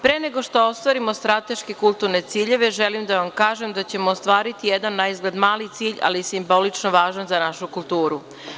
Pre nego što ostvarimo strateške kulturne ciljeve želim da vam kažem da ćemo ostvariti jedan naizgled mali cilj ali simbolično važan za našu kulturu.